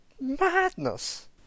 madness